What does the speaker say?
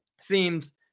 seems